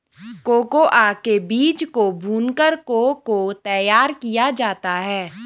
cocoa के बीज को भूनकर को को तैयार किया जाता है